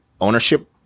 ownership